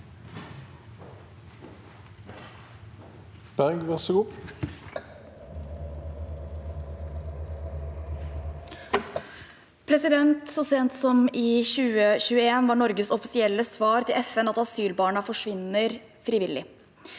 Berg (MDG) Så sent som i 2021 var Norges offisielle svar til FN at asylbarna forsvinner frivillig.